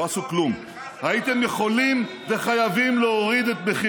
כולנו משלמים יותר על הגז שלנו.